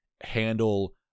handle